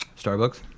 Starbucks